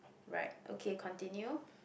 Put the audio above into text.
right okay continue